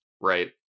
right